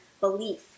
belief